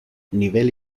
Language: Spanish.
nivel